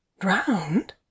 Drowned